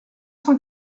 cent